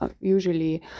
usually